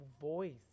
voice